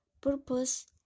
purpose